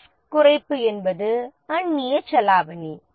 risk குறைப்பு என்பது அந்நியச் செலாவணி